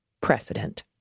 precedent